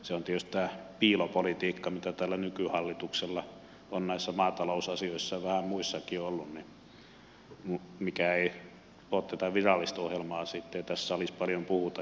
se on tietysti tämä piilopolitiikka mitä tällä nykyhallituksella on näissä maatalousasioissa ja vähän muissakin ollut mikä ei ole tätä virallista ohjelmaa sitten ja mistä tässä salissa ei paljon puhuta